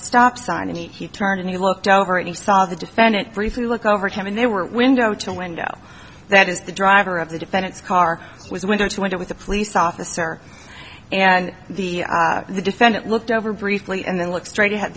stop sign and he turned and he looked over and saw the defendant briefly look over time and there were window to window that is the driver of the defendant's car was window to window with a police officer and the defendant looked over briefly and then looked straight ahead